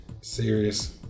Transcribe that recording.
Serious